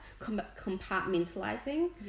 compartmentalizing